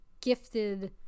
gifted